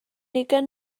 ugain